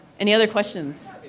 any other questions?